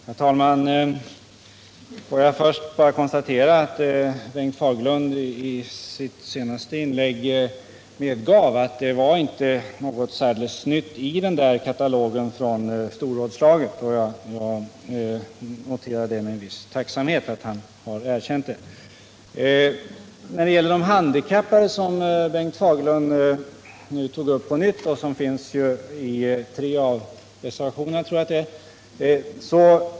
Herr talman! Låt mig först konstatera att Bengt Fagerlund i sitt senaste inlägg medgav att det inte var något särdeles nytt i katalogen från storrådslaget. Jag noterar med viss tacksamhet att han erkänt det. Bengt Fagerlund tog nu på nytt upp de handikappade, som berörs i tre av reservationerna.